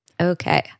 Okay